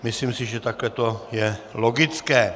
Myslím si, že takhle to je logické.